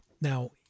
Now